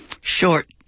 short